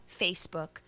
Facebook